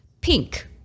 pink